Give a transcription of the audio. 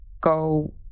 go